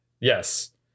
Yes